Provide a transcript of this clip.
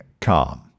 calm